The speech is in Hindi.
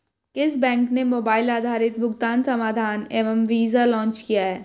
किस बैंक ने मोबाइल आधारित भुगतान समाधान एम वीज़ा लॉन्च किया है?